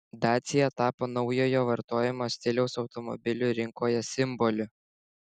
dacia tapo naujojo vartojimo stiliaus automobilių rinkoje simboliu